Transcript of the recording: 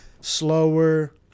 slower